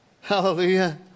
Hallelujah